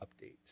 update